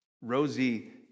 Rosie